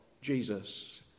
Jesus